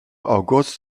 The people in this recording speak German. august